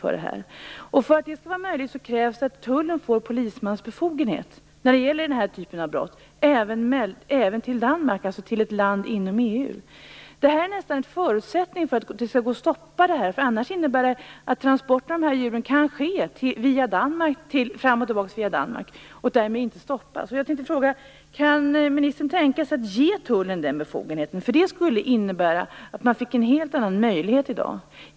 För att det skall vara möjligt krävs det att Tullen får Polisens befogenhet i fråga om denna typ av brott, även när det gäller transporter till Danmark, alltså ett land inom EU. Detta är nästan en förutsättning för att det skall gå att stoppa denna handel. I annat fall kan transporter av dessa djur ske via Danmark och därmed inte stoppas. Kan ministern tänka sig att ge Tullen den befogenheten, eftersom det skulle innebära att man fick en helt annan möjlighet i dag?